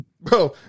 Bro